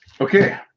Okay